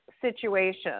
situation